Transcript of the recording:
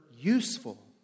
useful